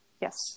Yes